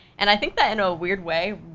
and i think that in a weird way,